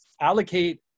allocate